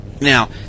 Now